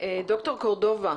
דוקטור קורדובה,